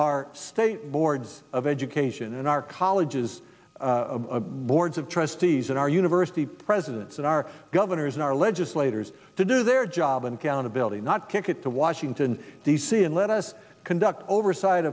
our state boards of education in our colleges boards of trustees in our university presidents and our governors and our legislators to do their job and countability not kick it to washington d c and let us conduct oversight